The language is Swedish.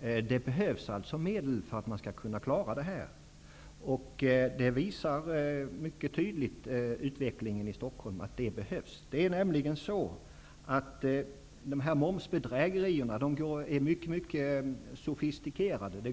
Det behövs alltså medel för att man skall kunna klara det. Utvecklingen i Stockholm visar mycket tydligt att det behövs medel. Momsbedrägerierna är mycket sofistikerade.